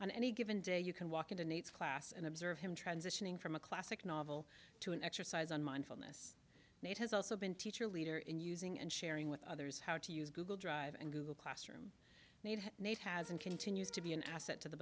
on any given day you can walk into nate's class and observe him transitioning from a classic novel to an exercise on mindfulness nate has also been teacher leader in using and sharing with others how to use google drive and google classroom need nate has and continues to be an asset to the